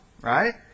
right